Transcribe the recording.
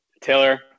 Taylor